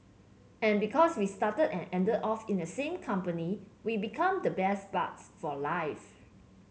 and because we started and ended off in the same company we become the best buds for life